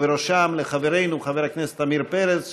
ובראשם לחברנו חבר הכנסת עמיר פרץ,